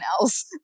else